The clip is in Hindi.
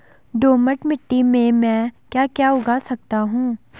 दोमट मिट्टी में म ैं क्या क्या उगा सकता हूँ?